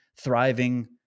thriving